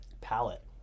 palette